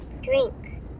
drink